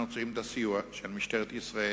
אנחנו צריכים את הסיוע של משטרת ישראל.